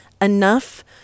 enough